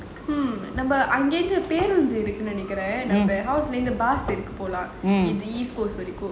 நம்ம அங்க இருந்து பேருந்து இருக்கு நினைக்குறேன் நம்ம இருக்கு போல வரைக்கும்:namma anga irunthu perunthu irukku ninaikuraen iruku pola varaikum